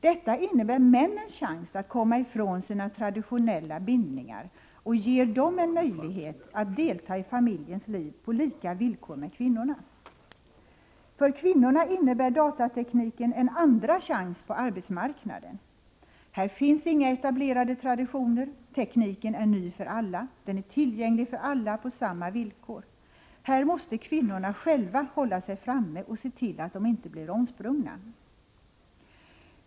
Detta innebär männens chans att komma ifrån sina traditionella bindningar och få en möjlighet att delta i familjens liv på samma villkor som kvinnorna. För kvinnorna innebär datatekniken en andra chans på arbetsmarknaden. Här finns inga etablerade traditioner. Tekniken är ny för alla. Den är tillgänglig för alla på samma villkor. Här måste kvinnorna själva hålla sig framme och se till att de inte blir omsprungna.